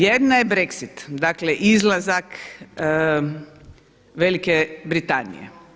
Jedna je Brexsit, dakle izlazak Velike Britanije.